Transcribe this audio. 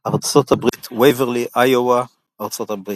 ארצות הברית וייברלי, איווה, ארצות הברית